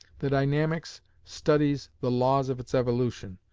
the dynamics studies the laws of its evolution.